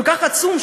כל כך עצום,